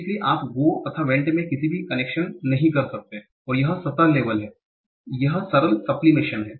इसलिए आप गो तथा वेंट में किसी भी कनेक्शन नहीं कर सकते हैं और यह सतह लेबल है यह सरल सपलिशन है